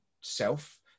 self